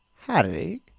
Harry